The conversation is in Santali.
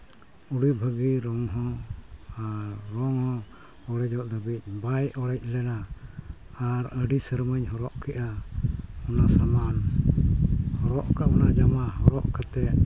ᱟᱹᱰᱤ ᱵᱷᱟᱹᱜᱤ ᱨᱚᱝ ᱟᱨ ᱨᱚᱝ ᱚᱲᱮᱡᱚᱜ ᱫᱷᱟᱹᱵᱤᱡ ᱵᱟᱭ ᱚᱲᱮᱡ ᱞᱮᱱᱟ ᱟᱨ ᱟᱹᱰᱤ ᱥᱮᱨᱢᱟᱧ ᱦᱚᱨᱚᱜ ᱠᱮᱜᱼᱟ ᱚᱱᱟ ᱥᱟᱢᱟᱱ ᱦᱚᱨᱚᱜ ᱠᱟᱜ ᱟᱢ ᱚᱱᱟ ᱡᱟᱢᱟ ᱦᱚᱨᱚᱜ ᱠᱟᱛᱮ